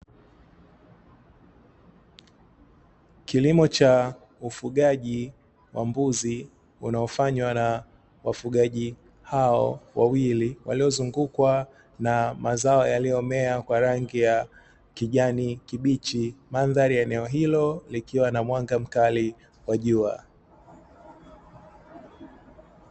Kilimo cha ufugaji wa mbuzi unaofanywa na wafugaji hao wawili, waliozungukwa na mazao yaliyomea kwa rangi ya kijani kibichi; mandhari ya eneo hilo likiwa na mwanga mkali wa jua.